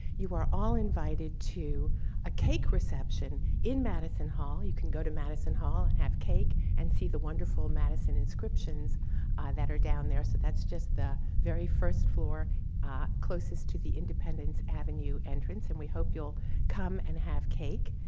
you are all invited to a cake reception in madison hall. you can go to madison hall and have cake and see the wonderful madison inscriptions that are down there. so, that's just the very first floor closest to the independence avenue entrance. and we hope you'll come and have cake.